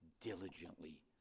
diligently